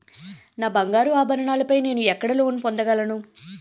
నా బంగారు ఆభరణాలపై నేను ఎక్కడ లోన్ పొందగలను?